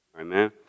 Amen